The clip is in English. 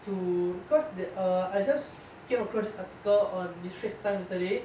to cause th~ err I just came across this article on the straits times yesterday